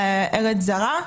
לארץ זרה,